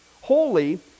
holy